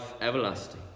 everlasting